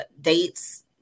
dates